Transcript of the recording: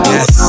Yes